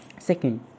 Second